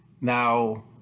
Now